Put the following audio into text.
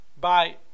Bye